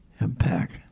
Impact